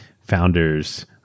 founders